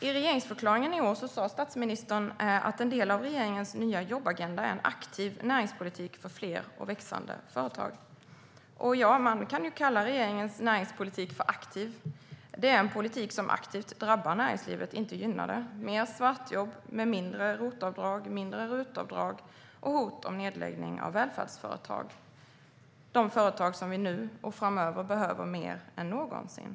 I regeringsförklaringen i år sa statsministern att en del av regeringens nya jobbagenda är en aktiv näringspolitik för fler och växande företag. Man kan ju kalla regeringens näringspolitik för aktiv. Det är en politik som aktivt drabbar näringslivet, inte gynnar det. Det är mer svartjobb med mindre ROT-avdrag, mindre RUT-avdrag och hot om nedläggning av välfärdsföretag. Det är de företag som vi nu och framöver behöver mer än någonsin.